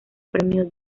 premio